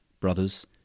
brothers